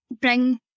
bring